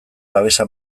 babesa